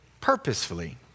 purposefully